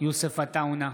יוסף עטאונה,